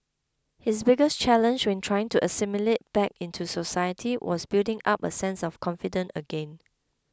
his biggest challenge when trying to assimilate back into society was building up a sense of confidence again